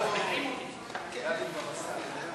השנייה לטלוויזיה ורדיו (תיקון מס' 40),